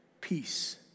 peace